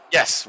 Yes